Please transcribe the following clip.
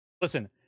listen